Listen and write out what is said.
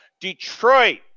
Detroit